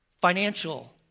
financial